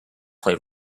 play